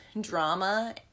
drama